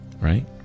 right